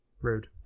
Rude